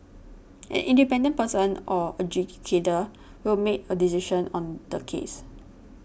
an independent person or adjudicator will make a decision on the case